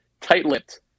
tight-lipped